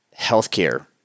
healthcare